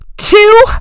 two